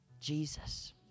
Jesus